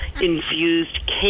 infused